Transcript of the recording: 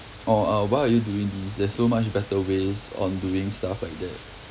or uh why are you doing this there's so much better ways on doing stuff like